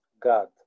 God